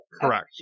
Correct